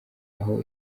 aho